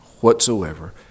whatsoever